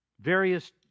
Various